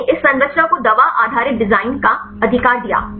इसने इस संरचना को दवा आधारित डिजाइन का अधिकार दिया